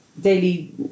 daily